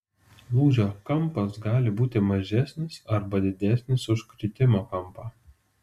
lūžio kampas gali būti mažesnis arba didesnis už kritimo kampą